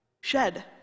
shed